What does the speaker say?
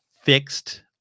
fixed